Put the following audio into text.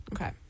Okay